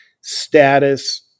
status